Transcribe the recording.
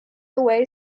away